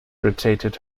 rotated